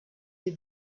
des